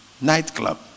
nightclub